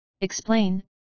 Explain